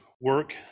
work